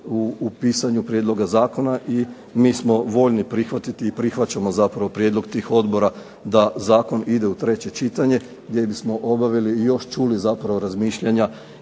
u pisanju prijedloga zakona i mi smo voljni prihvatiti i prihvaćamo zapravo prijedlog tih odbora da zakon ide u treće čitanje gdje bismo obavili i još čuli zapravo razmišljanja